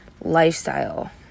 lifestyle